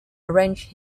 arranged